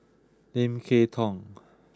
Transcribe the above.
Lim Kay Tong